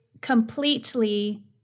completely